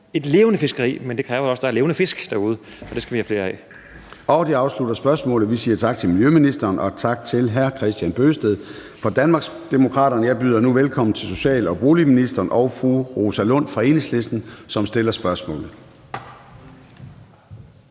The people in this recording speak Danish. et levende fiskeri. Men det kræver også, at der er levende fisk derude, og dem skal vi have flere af. Kl. 13:57 Formanden (Søren Gade): Det afslutter spørgsmålet. Vi siger tak til miljøministeren og tak til hr. Kristian Bøgsted fra Danmarksdemokraterne. Jeg byder nu velkommen til social- og boligministeren og fru Rosa Lund fra Enhedslisten, som stiller spørgsmålet.